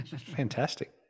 fantastic